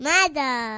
Mother